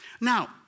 Now